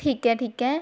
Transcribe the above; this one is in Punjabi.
ਠੀਕ ਹੈ ਠੀਕ ਹੈ